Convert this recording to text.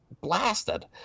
blasted